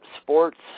sports